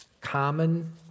common